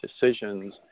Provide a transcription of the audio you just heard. decisions